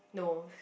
no